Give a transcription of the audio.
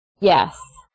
yes